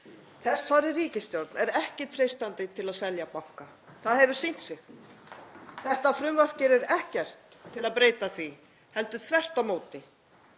Þessari ríkisstjórn er ekki treystandi til að selja banka. Það hefur sýnt sig. Þetta frumvarp gerir ekkert til að breyta því, heldur þvert á móti.